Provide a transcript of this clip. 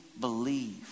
believe